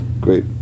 Great